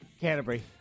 Canterbury